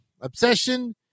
obsession